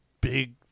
big